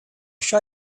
show